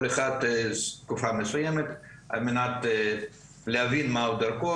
כל אחד תקופה מסוימת על מנת להבין מה הדרך.